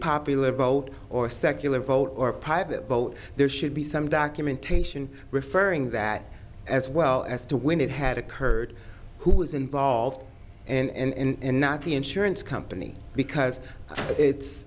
popular vote or a secular vote or a private vote there should be some documentation referring that as well as to when it had occurred who was involved and not the insurance company because it's